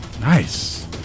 Nice